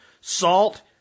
salt